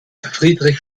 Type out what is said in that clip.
friedrich